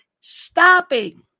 stopping